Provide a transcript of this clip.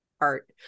Art